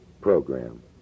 program